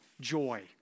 joy